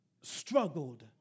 struggled